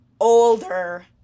older